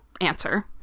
answer